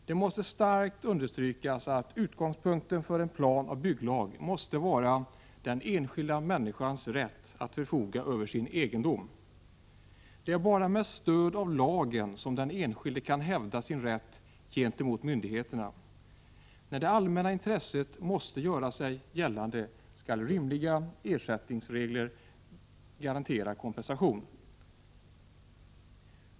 Det måste starkt understrykas att utgångspunkten för en planoch bygglag måste vara den enskilda människans rätt att förfoga över sin egendom. Det är bara med stöd av lagen som den enskilde kan hävda sin rätt gentemot myndigheterna. När de allmänna intressena måste göra sig gällande skall rimliga ersättningsregler garantera kompensation.